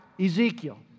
Ezekiel